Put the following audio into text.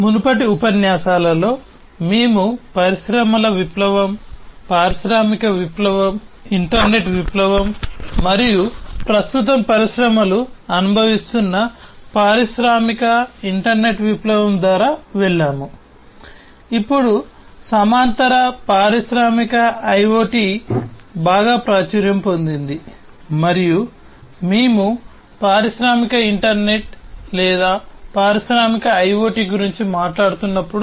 మునుపటి ఉపన్యాసాలలో మేము పరిశ్రమల విప్లవం లేదా పారిశ్రామిక IoT గురించి మాట్లాడుతున్నప్పుడు